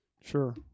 Sure